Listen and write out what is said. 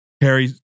Harry